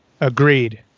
Agreed